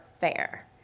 fair